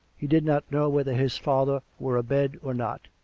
he did not know whether his father were abed or not.